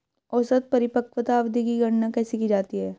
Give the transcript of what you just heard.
औसत परिपक्वता अवधि की गणना कैसे की जाती है?